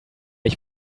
ich